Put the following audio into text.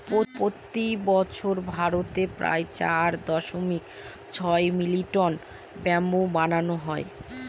প্রতি বছর ভারতে প্রায় চার দশমিক ছয় মিলিয়ন টন ব্যাম্বু বানানো হয়